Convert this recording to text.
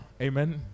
Amen